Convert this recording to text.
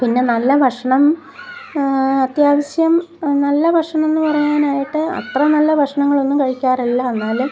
പിന്നെ നല്ല വഷ്ണം അത്യാവശ്യം നല്ല ഭക്ഷണമെന്നു പറയാനായിട്ട് അത്ര നല്ല ഭക്ഷണങ്ങളൊന്നും കഴിക്കാറില്ല എന്നാലും